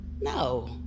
No